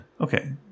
okay